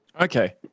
Okay